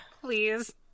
Please